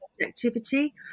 objectivity